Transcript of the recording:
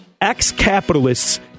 ex-capitalists